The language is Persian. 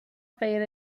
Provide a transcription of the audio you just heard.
غیر